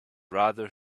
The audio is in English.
rather